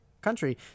country